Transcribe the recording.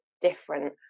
different